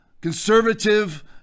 conservative